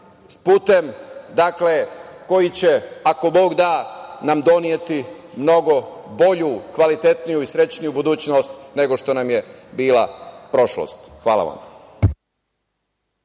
putem koji će nam, ako Bog da, doneti mnogo bolju, kvalitetniju i srećniju budućnost nego što nam je bila prošlost. Hvala vam.